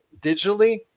digitally